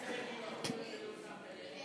אני לא חושב שזה נכון,